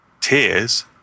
Tears